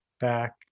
back